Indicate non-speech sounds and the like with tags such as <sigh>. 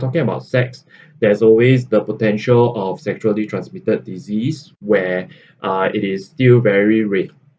talking about sex there's always the potential of sexually transmitted disease where <breath> uh it is still very rave